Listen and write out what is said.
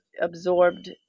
absorbed